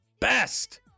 best